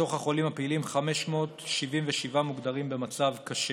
מתוך החולים הפעילים, 577 מוגדרים במצב קשה,